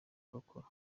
kugakora